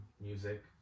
music